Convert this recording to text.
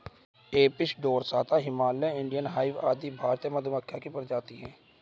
Apis डोरसाता, Himalayan, Indian hive आदि भारतीय मधुमक्खियों की प्रजातियां है